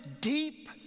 deep